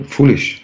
Foolish